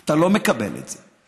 אתה לא מקבל את זה.